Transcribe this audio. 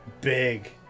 big